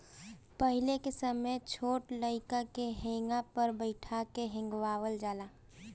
पहिले के समय छोट लइकन के हेंगा पर बइठा के हेंगावल जाला